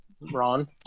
ron